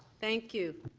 thank you